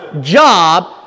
job